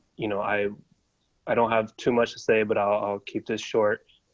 you know i i don't have too much to say. but i'll keep this short.